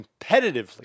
competitively